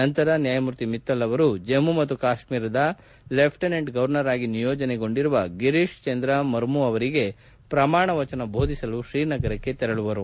ನಂತರ ನ್ಯಾಯಮೂರ್ತಿ ಮಿತ್ತಲ್ ಅವರು ಜಮ್ಮು ಮತ್ತು ಕಾಶ್ಮೀರದ ಲೆಫ್ವೆನೆಂಟ್ ಗವರ್ನರ್ ಆಗಿ ನಿಯೋಜನೆಗೊಂಡಿರುವ ಗಿರೀಶ್ ಚಂದ್ರ ಮರ್ಮು ಅವರಿಗೆ ಪ್ರಮಾಣವಚನ ಬೋಧಿಸಲು ಶ್ರೀನಗರಕ್ಕೆ ತೆರಳುವರು